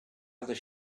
other